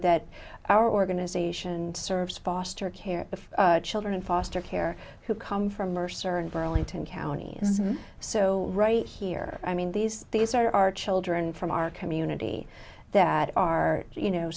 that our organization serves foster care of children in foster care who come from mercer in burlington county so right here i mean these these are our children from our community that are you know